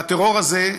והטרור הזה,